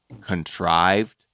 contrived